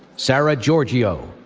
sarah georgiou,